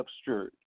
obscured